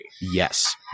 Yes